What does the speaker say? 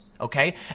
okay